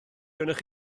gennych